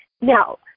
now